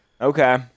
Okay